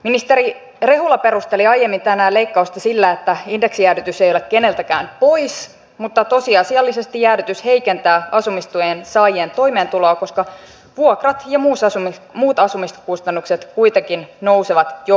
ministeri rehula perusteli aiemmin tänään leikkausta sillä että indeksijäädytys ei ole keneltäkään pois mutta tosiasiallisesti jäädytys heikentää asumistuen saajien toimeentuloa koska vuokrat ja muut asumiskustannukset kuitenkin nousevat joka vuosi